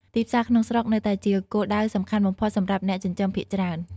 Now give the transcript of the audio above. ទីផ្សារក្នុងស្រុកនៅតែជាគោលដៅសំខាន់បំផុតសម្រាប់អ្នកចិញ្ចឹមភាគច្រើន។